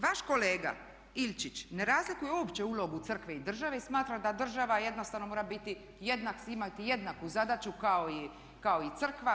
Vaš kolega Ilčić ne razlikuje uopće ulogu crkve i države i smatra da država jednostavno mora biti jednaka imati jednaku zadaću kao i crkva.